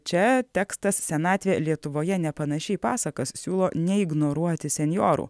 čia tekstas senatvė lietuvoje nepanaši į pasakas siūlo neignoruoti senjorų